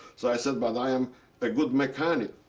so i said, but i am a good mechanic.